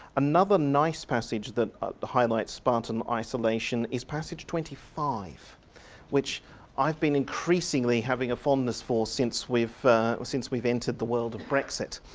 another nice passage that highlights spartan isolation is passage twenty five which i've been increasingly having a fondness for since we've since we've entered the world of brexit.